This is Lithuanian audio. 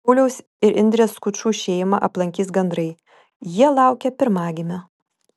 pauliaus ir indrės skučų šeimą aplankys gandrai jie laukia pirmagimio